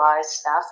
staff